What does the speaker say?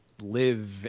live